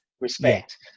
respect